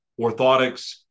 orthotics